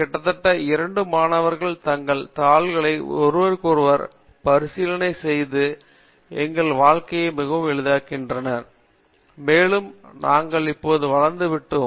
கிட்டத்தட்ட இரண்டு மாணவர்கள் தங்கள் தாள்களை ஒருவருக்கொருவர் மறுபரிசீலனை செய்து எங்கள் வாழ்க்கையை மிகவும் எளிதாக்குகிறார்கள் மேலும் நாங்கள் இப்போது வளர்த்து விட்டோம்